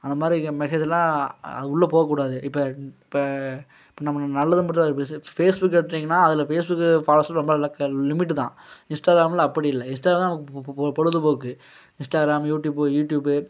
அந்த மாதிரி இருக்க மெஜேஸ் எல்லாம் உள்ளப் போக்கூடாது இப்போ இப்போ இப்போ நம்ம நல்லது மட்டுந்தான் ஃபேஸ்புக்கை எடுத்துக்கிட்டீங்கன்னா அதில் ஃபேஸ்புக்கு ஃபாலோவர்ஸ் ரொம்ப லிமிட்டு தான் இன்ஸ்டாகிராமில் அப்படி இல்லை இன்ஸ்டாகிராம் நமக்கு பொ பொழுதுபோக்கு இன்ஸ்டாகிராம் யூடியூப்போ யூடியூப்பு